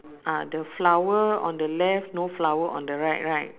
ah the flower on the left no flower on the right right